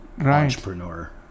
entrepreneur